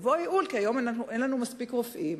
הייעול יבוא כי היום אין לנו מספיק רופאים,